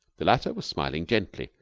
the latter was smiling gently,